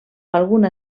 alguna